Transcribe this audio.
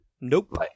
Nope